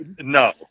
no